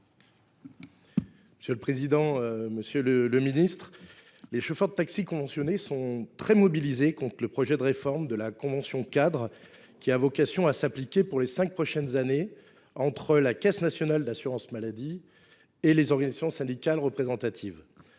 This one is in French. aux soins. Monsieur le ministre, les chauffeurs de taxi conventionnés sont très mobilisés contre le projet de réforme de la convention cadre qui a vocation à s’appliquer pour les cinq prochaines années entre la Caisse nationale de l’assurance maladie (Cnam) et les organisations syndicales représentatives.